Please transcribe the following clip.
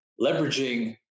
leveraging